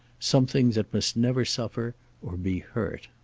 something that must never suffer or be hurt.